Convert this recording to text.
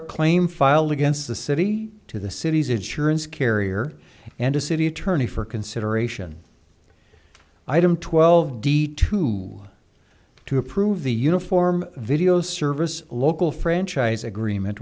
a claim filed against the city to the city's it surance carrier and a city attorney for consideration item twelve d two to approve the uniform video service local franchise agreement